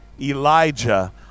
Elijah